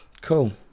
Cool